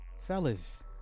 fellas